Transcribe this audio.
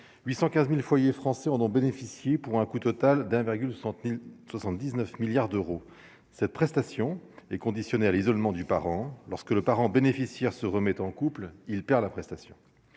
815000 foyers français ont ont bénéficié, pour un coût total d'1,60079 milliards d'euros, cette prestation est conditionnée à l'isolement du parent lorsque le parent bénéficiaire se remettent en couple, il perd la prestation,